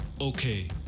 okay